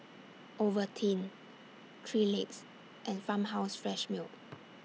Ovaltine three Legs and Farmhouse Fresh Milk